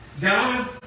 God